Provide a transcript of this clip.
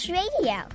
radio